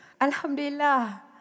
Alhamdulillah